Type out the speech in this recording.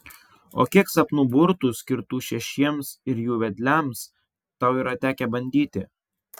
o kiek sapnų burtų skirtų šešiems ir jų vedliams tau yra tekę bandyti